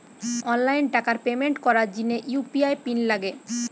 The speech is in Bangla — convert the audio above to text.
অনলাইন টাকার পেমেন্ট করার জিনে ইউ.পি.আই পিন লাগে